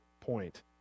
point